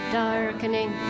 darkening